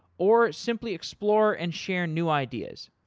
or, simply explore and share new ideas.